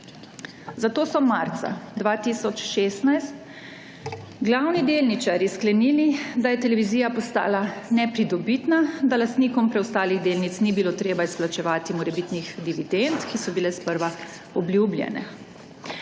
Zato so marca 2016 glavni delničarji sklenili, da je televizija postala nepridobitna, da lastnikom preostalih delnic ni bilo treba izplačevati morebitnih dividend, ki so bile sprva obljubljene.